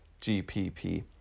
GPP